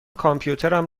کامپیوترم